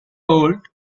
old